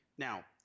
Now